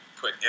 put